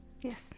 Yes